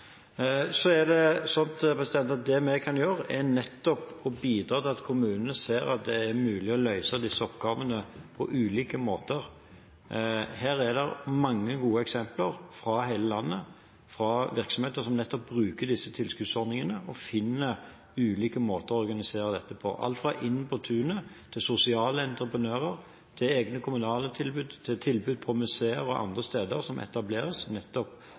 Det vi kan gjøre, er nettopp å bidra til at kommunene ser at det er mulig å løse disse oppgavene på ulike måter. Her er det mange gode eksempler fra hele landet fra virksomheter som bruker disse tilskuddsordningene og finner ulike måter å organisere det på. Alt fra Inn på tunet til sosiale entreprenører til egne kommunale tilbud til tilbud på museer og andre steder, som etableres nettopp